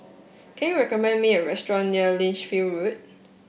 can you recommend me a restaurant near Lichfield Road